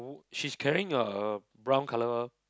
she's carrying a brown colour